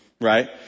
right